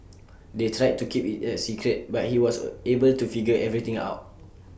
they tried to keep IT A secret but he was A able to figure everything out